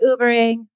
Ubering